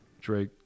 Drake